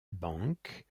bank